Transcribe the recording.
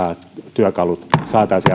työkalut saataisiin